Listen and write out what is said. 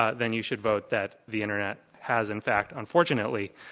ah then you should vote that the internet has in fact, unfortunately,